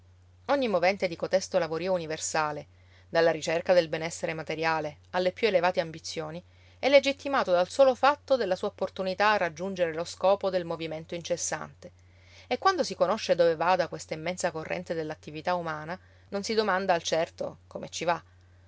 ogni movente di cotesto lavorio universale dalla ricerca del benessere materiale alle più elevate ambizioni è legittimato dal solo fatto della sua opportunità a raggiungere lo scopo del movimento incessante e quando si conosce dove vada questa immensa corrente dell'attività umana non si domanda al certo come ci va